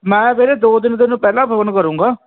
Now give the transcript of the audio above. ਮੈਂ ਵੀਰੇ ਦੋ ਤਿੰਨ ਦਿਨ ਪਹਿਲਾਂ ਫੋਨ ਕਰੂੰਗਾ